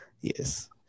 yes